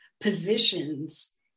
positions